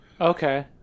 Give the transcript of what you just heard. Okay